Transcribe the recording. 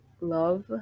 love